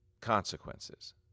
consequences